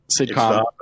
sitcom